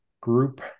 group